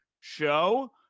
show